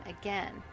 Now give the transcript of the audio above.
again